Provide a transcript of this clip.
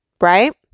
Right